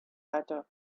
hatter